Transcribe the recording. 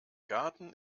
garten